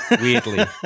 weirdly